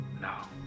now